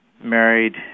married